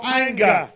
anger